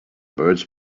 birds